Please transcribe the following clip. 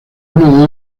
uno